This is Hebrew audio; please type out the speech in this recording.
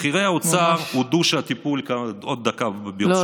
ובכירי האוצר הודו שהטיפול, עוד דקה, ברשותך.